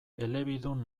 elebidun